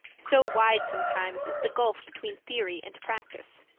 so wide sometimes is the gulf between theory and practice.